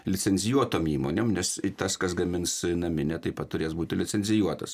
licencijuotom įmonėm nes tas kas gamins naminę taip pat turės būti licencijuotas